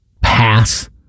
pass